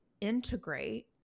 integrate